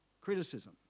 criticism